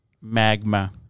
magma